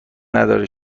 نداره